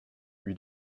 lui